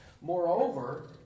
Moreover